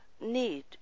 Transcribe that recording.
need